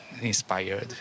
inspired